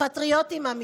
פטריוטים אמיתיים,